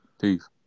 Peace